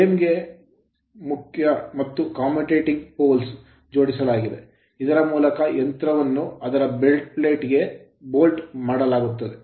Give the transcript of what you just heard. frame ಗೆ ಮುಖ್ಯ ಮತ್ತು commutating ಕಮ್ಯೂಟೇಟಿಂಗ್ poles ಪೋಲ್ಗಳನ್ನು ಜೋಡಿಸಲಾಗಿದೆ ಇದರ ಮೂಲಕ ಯಂತ್ರವನ್ನು ಅದರ bed plate ಬೆಡ್ ಪ್ಲೇಟ್ ಗಳಿಗೆ bolt ಬೋಲ್ಟ್ ಮಾಡಲಾಗುತ್ತದೆ